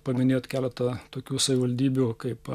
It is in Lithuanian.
paminėt keletą tokių savivaldybių kaip